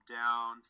down